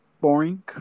boring